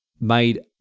made